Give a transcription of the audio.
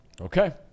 Okay